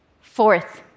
Fourth